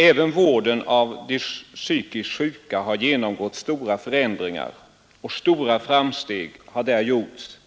Även vården av de psykiskt sjuka har genomgått stora förändringar och stora framsteg har där gjorts.